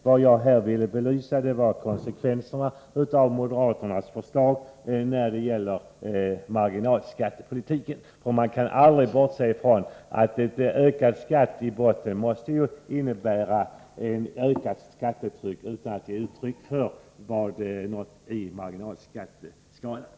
Vad jag här ville belysa var konsekvenserna av moderaternas förslag i fråga om marginalskattepolitiken. Man kan aldrig bortse från att en ökad skatt i bottnen måste innebära ett ökat skattetryck utan att det uttrycks i marginalskatteskalan.